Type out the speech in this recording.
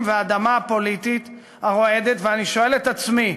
והאדמה הפוליטית הרועדת ואני שואל את עצמי,